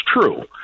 true